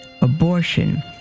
abortion